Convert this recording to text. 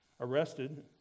arrested